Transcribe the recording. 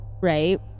right